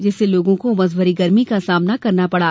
जिससे लोगों को उमस भरी गर्मी का सामना करना पड़ा